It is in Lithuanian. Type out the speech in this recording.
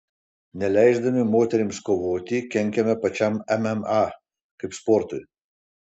neleisdami moterims kovoti kenkiame pačiam mma kaip sportui